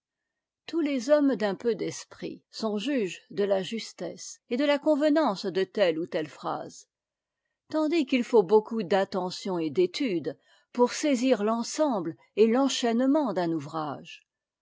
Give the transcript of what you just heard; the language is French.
tous les hommes d'un peu d'esprit sont juges de la justesse et de la convenance de telle ou telle phrase tandis qu'il faut beaucoup d'attention et d'étude pour saisir l'ensemble et l'enchaînement d'un ouvrage